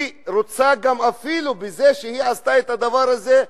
היא רוצה גם, אפילו בזה שהיא עשתה את הדבר הזה,